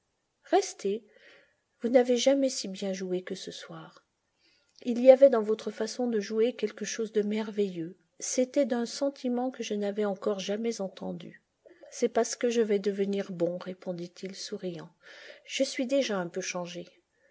restez vous n'avez jamais si bien joué que ce soir il y avait dans votre façon de jouer quelque chose de merveilleux c'était d'un sentiment que je n'avais encore jamais entendu cest parce que je vais devenir bon répondit-il souriant je suis déjà un peu changé